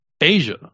Asia